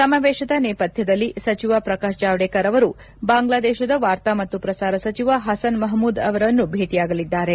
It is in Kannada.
ಸಮಾವೇಶದ ನೇಪಥ್ಣದಲ್ಲಿ ಸಚಿವ ಪ್ರಕಾಶ್ ಜಾವಡೇಕರ್ ಅವರು ಬಾಂಗ್ಲಾದೇಶದ ವಾರ್ತಾ ಮತ್ತು ಪ್ರಸಾರ ಸಚಿವ ಹಸನ್ ಮಹಮೂದ್ ಅವರನ್ನು ಭೇಟಿಯಾಗಲಿದ್ದಾರೆ